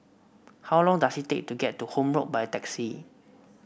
how long does it take to get to Horne Road by taxi